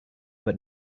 but